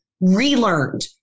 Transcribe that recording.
relearned